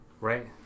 right